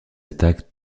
attaques